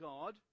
God